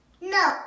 No